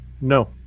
No